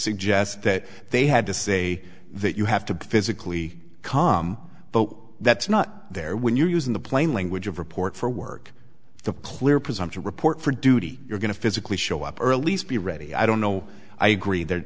suggest that they had to say that you have to be physically calm but that's not there when you're using the plain language of report for work the clear presumption report for duty you're going to physically show up early be ready i don't know i agree th